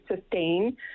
sustain